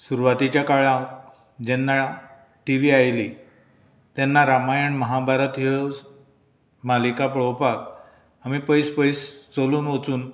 सुरवातेच्या काळांत जेन्ना टिवी आयली तेन्ना रामायण महाभारत ह्यो मालिका पळोवपाक आमी पयस पयस चलून वचून